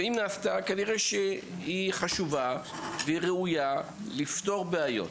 ואם נעשתה, כנראה היא חשובה וראויה לפתור בעיות.